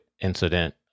incident